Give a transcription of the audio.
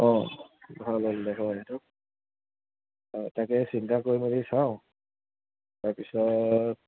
অঁ ভাল লাগিলে হয় হয় তাকে চিন্তা কৰি মেলি চাওঁ তাৰপিছত